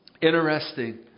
Interesting